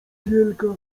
wielka